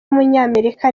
w’umunyamerika